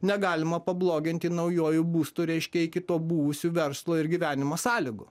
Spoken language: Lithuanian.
negalima pabloginti naujuoju būstu reiškia iki to buvusių verslo ir gyvenimo sąlygų